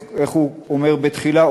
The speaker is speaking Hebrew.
איך הוא אומר בתחילה?